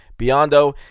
Biondo